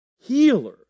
healer